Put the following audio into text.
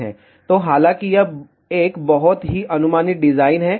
तो हालांकि यह एक बहुत ही अनुमानित डिजाइन है